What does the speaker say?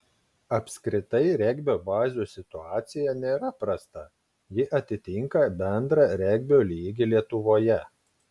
apskritai regbio bazių situacija nėra prasta ji atitinka bendrą regbio lygį lietuvoje